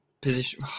position